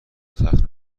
تخت